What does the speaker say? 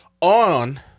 On